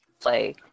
play